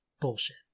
Bullshit